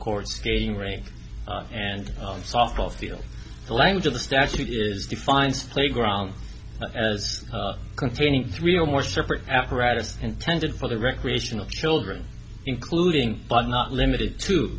courts skating rink and softball field the language of the statute is defiance playground as containing three or more separate apparatus intended for the recreation of children including but not limited to